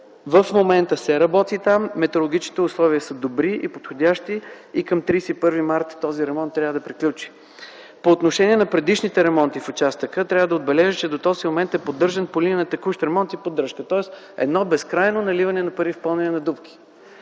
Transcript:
В момента там се работи, метеорологичните условия са добри и подходящи и към 31 март този ремонт трябва да приключи. По отношение на предишните ремонти в участъка трябва да отбележа, че до този момент е поддържан по линия на текущ ремонт и поддръжка, тоест едно безкрайно наливане на пари в пълнене на дупки.